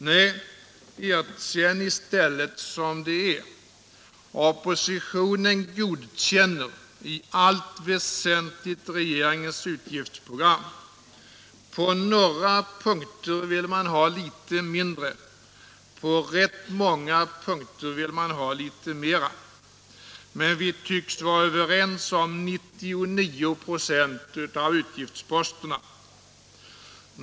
Nej, erkänn i stället som det är: oppositionen godkänner i allt väsentligt regeringens utgifts program. På några punkter vill man ha litet mindre, på rätt många punkter vill man ha litet mera. Men vi tycks vara överens om 99 96 av utgiftsposterna.